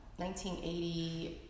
1980